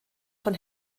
von